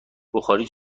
بخاری